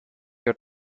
your